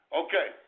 okay